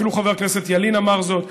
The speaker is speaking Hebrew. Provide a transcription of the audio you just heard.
אפילו חבר הכנסת ילין אמר זאת,